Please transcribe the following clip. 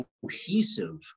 cohesive